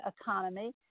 economy